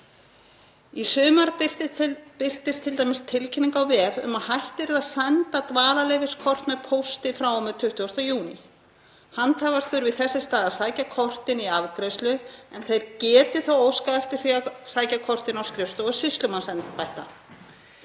Í sumar birtist t.d. tilkynning á vef um að hætt yrði að senda dvalarleyfiskort með pósti frá og með 20. júní. Handhafar þurfi þess í stað að sækja kortin í afgreiðslu en þeir geti þó óskað eftir því að sækja kortin á skrifstofur sýslumannsembætta.